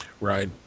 Right